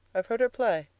i've heard her play.